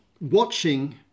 watching